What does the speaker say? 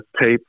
tape